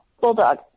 bulldog